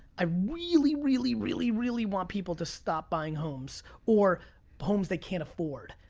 i really, really, really, really want people to stop buying homes, or homes they can't afford.